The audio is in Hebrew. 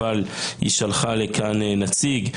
אבל היא שלחה לכאן נציג,